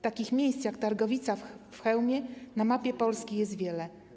Takich miejsc jak Targowica w Chełmie na mapie Polski jest wiele.